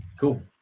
cool